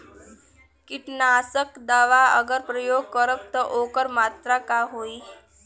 कीटनाशक दवा अगर प्रयोग करब त ओकर मात्रा का होई?